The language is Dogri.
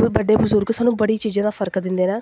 ओह् बड्डे बजुर्ग सानूं बड़ी चीज़ें दा फर्क दिंदे न